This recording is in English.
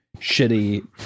shitty